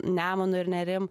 nemunu ir nerim